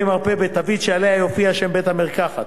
מרפא בתווית שעליה יופיע שם בית-המרקחת,